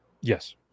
Yes